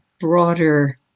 broader